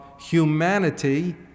humanity